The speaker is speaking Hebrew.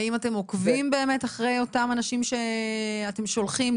האם אתם עוקבים באמת אחרי אותם אנשים שאתם שולחים,